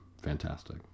fantastic